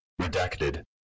Redacted